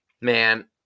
Man